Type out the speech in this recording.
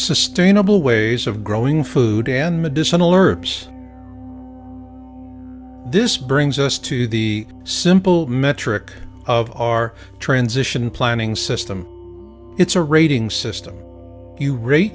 sustainable ways of growing food and medicinal herbs this brings us to the simple metric of our transition planning system it's a rating system you rate